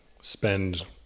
spend